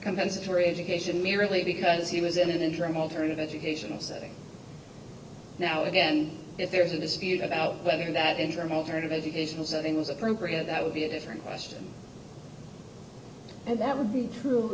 compensatory education merely because he was in an interim alternative cation setting now again if there's a dispute about whether that interim heard of educational setting was appropriate that would be a different question and that would be true